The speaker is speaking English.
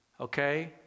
Okay